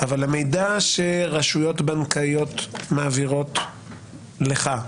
אבל המידע שרשויות בנקאיות מעבירות לך,